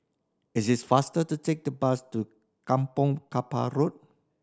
is it faster to take the bus to Kampong Kapor Road